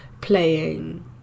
playing